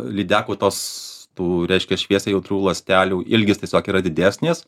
lydekų tos tų reiškia šviesai jautrių ląstelių ilgis tiesiog yra didesnis